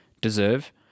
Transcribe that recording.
deserve